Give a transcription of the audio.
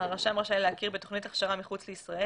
הרשם רשאי להכיר בתוכנית הכשרה מחוץ לישראל